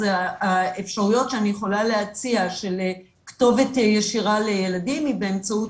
אז האפשרויות שאני יכולה להציע של כתובת ישירה לילדים היא באמצעות